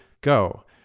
go